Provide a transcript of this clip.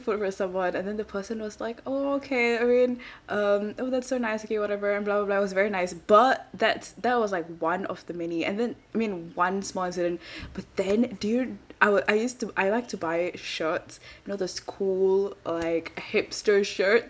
food for someone and then the person was like oh okay I mean um oh that's so nice okay whatever and blah blah blah it was very nice but that that's that was like one of the many and then I mean one small incident but then dude I will I used to I like to buy shirts you know those cool like hipster shirt